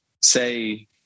say